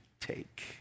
take